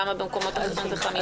למה במקומות אחרים זה חמישה?